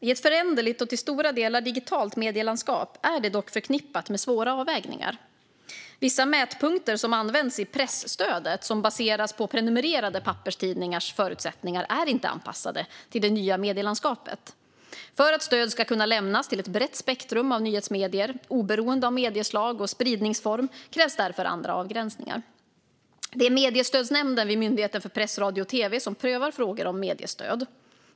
I ett föränderligt och till stora delar digitalt medielandskap är det dock förknippat med svåra avvägningar. Vissa mätpunkter som används i presstödet som baseras på prenumererade papperstidningars förutsättningar är inte anpassade till det nya medielandskapet. För att stöd ska kunna lämnas till ett brett spektrum av nyhetsmedier, oberoende av medieslag och spridningsform, krävs därför andra avgränsningar. Det är mediestödsnämnden vid Myndigheten för press, radio och tv som prövar frågor om mediestöd.